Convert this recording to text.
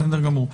בסדר גמור.